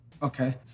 Okay